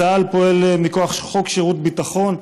צה"ל פועל מכוח חוק שירות ביטחון,